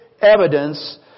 evidence